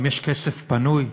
אם יש כסף פנוי,